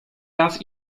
raz